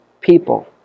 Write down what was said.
people